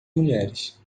mulheres